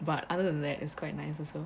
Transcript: but other than that it's quite nice also